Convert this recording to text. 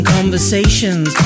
conversations